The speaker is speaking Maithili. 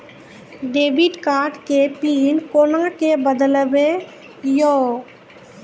डेबिट कार्ड के पिन कोना के बदलबै यो?